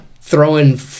throwing